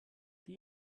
die